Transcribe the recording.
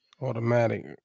Automatic